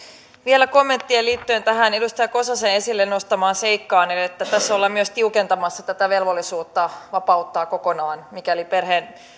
vielä kommentteja liittyen tähän edustaja kososen esille nostamaan seikkaan että tässä ollaan myös tiukentamassa tätä velvollisuutta vapauttaa kokonaan mikäli perheen